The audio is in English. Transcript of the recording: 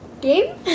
game